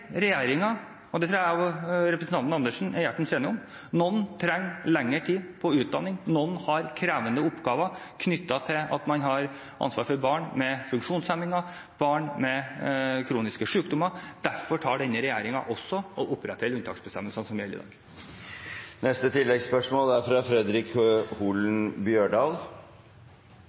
og det tror jeg at jeg og representanten Andersen er hjertens enige om – at noen trenger lengre tid på utdanning, og noen har krevende oppgaver knyttet til at man har ansvar for barn med funksjonshemninger og barn med kroniske sykdommer. Derfor opprettet også denne regjeringen den unntaksbestemmelsen som gjelder i dag.